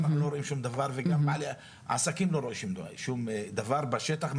אנחנו לא רואים שום דבר וגם בעלי העסקים לא רואים שום דבר בשטח,